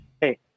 hey